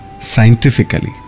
scientifically